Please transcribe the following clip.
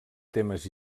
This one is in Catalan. temes